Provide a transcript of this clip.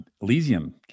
Elysium